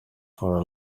for